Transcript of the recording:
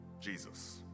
Jesus